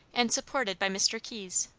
and supported by mr. keyes,